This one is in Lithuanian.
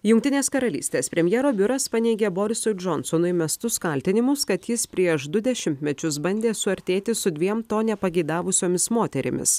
jungtinės karalystės premjero biuras paneigė borisui džonsonui mestus kaltinimus kad jis prieš du dešimtmečius bandė suartėti su dviem to nepageidavusiomis moterimis